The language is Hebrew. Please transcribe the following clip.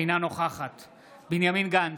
אינה נוכחת בנימין גנץ,